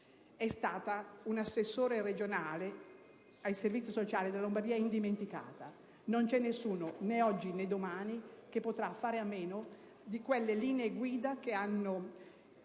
assessore regionale ai servizi sociali della Lombardia. Non c'è nessuno, né oggi, né domani, che potrà fare a meno di quelle linee guida che hanno